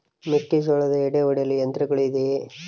ಮೆಕ್ಕೆಜೋಳದ ಎಡೆ ಒಡೆಯಲು ಯಂತ್ರಗಳು ಇದೆಯೆ?